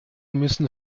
müssen